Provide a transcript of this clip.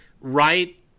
right